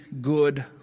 good